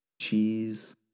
cheese